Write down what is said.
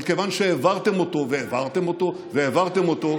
אבל כיוון שהעברתם אותו והעברתם אותו והעברתם אותו,